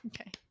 Okay